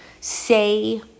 say